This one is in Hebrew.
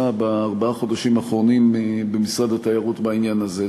בארבעת החודשים האחרונים במשרד התיירות בעניין הזה.